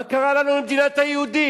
מה קרה לנו, מדינת היהודים?